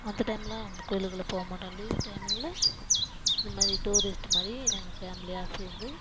மற்ற டைமில் அந்த கோயிலுக்கெல்லாம் போக மாட்டோம் லீவு டைமுங்களில் இதுமாதிரி டூரிஸ்ட்டு மாதிரி நாங்கள் ஃபேமிலியாக சேர்ந்து